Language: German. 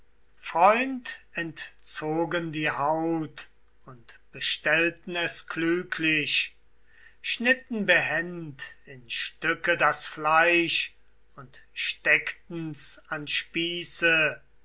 freund entzogen die haut und bestellten es klüglich schnitten behend in stücke das fleisch und steckten's an spieße